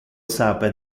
sape